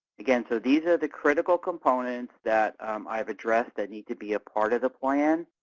again, so these are the critical components that i have addressed that need to be a part of the plan.